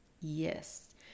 Yes